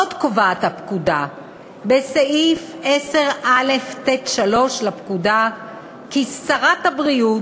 עוד קובעת הפקודה בסעיף 10א(ט)(3) לפקודה כי שרת הבריאות,